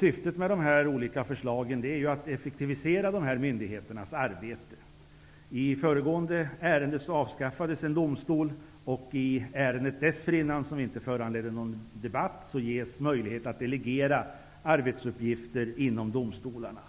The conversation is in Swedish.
Syftet med de förslag som behandlas är att effektivisera dessa myndigheters arbete. I föregående ärende föreslogs avskaffande av en domstol, och i ärendet dessförinnan, som inte föranledde någon debatt, föreslogs möjlighet att delegera arbetsuppgifter inom domstolarna.